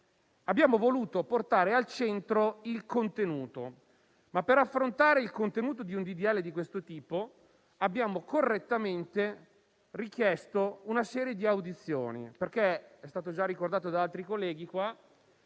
abbiamo voluto portare al centro il contenuto, ma per affrontare il contenuto di un provvedimento di questo tipo abbiamo correttamente richiesto una serie di audizioni visto che - è stato già ricordato da altri colleghi -